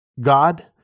God